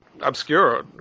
obscure